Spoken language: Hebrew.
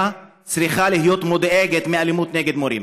צריכה להיות מודאגת מאלימות נגד מורים,